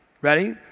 Ready